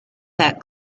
that